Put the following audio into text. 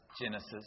Genesis